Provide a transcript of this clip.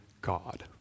God